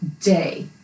day